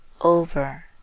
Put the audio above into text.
over